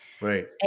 Right